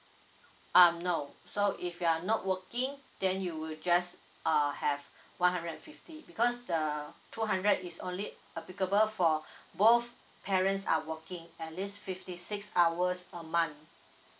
um no so if you are not working then you would just uh have one hundred and fifty because the two hundred is only applicable for both parents are working at least fifty six hours per month